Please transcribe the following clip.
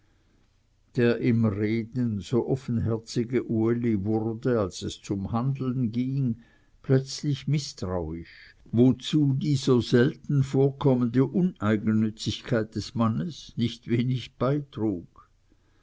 der im reden so offenherzige uli wurde als es zum handeln ging plötzlich mißtrauisch wozu die so selten vorkommende uneigennützigkeit des mannes nicht wenig beitrug